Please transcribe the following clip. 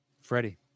Freddie